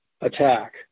attack